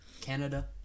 Canada